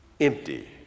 empty